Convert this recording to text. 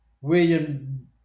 William